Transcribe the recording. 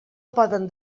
poden